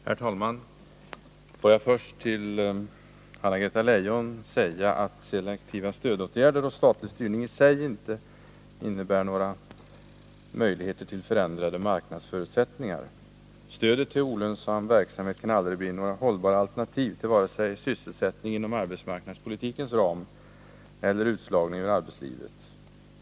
Herr talman! Får jag först till Anna-Greta Leijon säga att selektiva stödåtgärder och statlig styrning i sig inte innebär några möjligheter till förändrade marknadsförutsättningar. Stöd till olönsam verksamhet kan aldrig bli något hållbart alternativ till vare sig sysselsättning inom arbetsmarknadspolitikens ram eller utslagning ur arbetslivet.